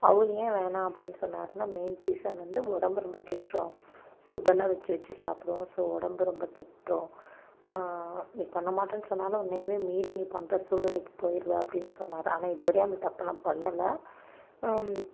அவர் ஏன் வேணாம் அப்படினு சொன்னாருனால் மெய்ன் ரீசன் வந்து உடம்பு ரொம்ப கெட்டுடும் புட்டெலாம் வச்சி வச்சி சாப்பிடுவோம் ஸோ உடம்பு ரொம்ப கெட்டுடும் நீ பண்ண மாட்டேன்னு சொன்னாலும் உன்னையவே மீறி நீ பண்ணுற சூழ்நிலைக்கு போயிடுவ அப்படினு சொன்னார் ஆனால் இது வரைய அந்த தப்பு நான் பண்ணலை